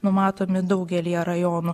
numatomi daugelyje rajonų